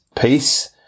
peace